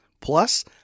Plus